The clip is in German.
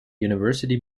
university